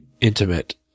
intimate